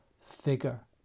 figure